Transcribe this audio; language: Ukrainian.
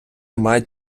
мають